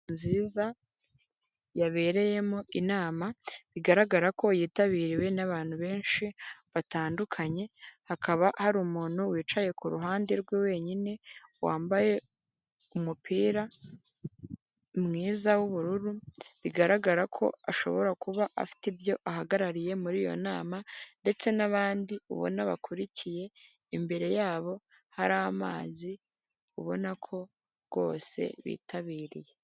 Nziza yabereyemo inama bigaragara ko yitabiriwe n'abantu benshi batandukanye. Hakaba hari umuntu wicaye ku ruhande rwe wenyine wambaye umupira mwiza w'ubururu bigaragara ko ashobora kuba afite ibyo ahagarariye muri iyo nama, ndetse n' abandi ubona bakurikiye imbere yabo hari amazi ubona ko rwose bitabiriye.